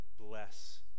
bless